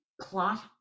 plot